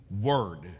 word